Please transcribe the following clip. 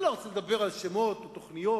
אני לא רוצה לדבר על שמות או תוכניות,